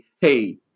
hey